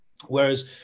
Whereas